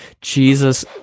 Jesus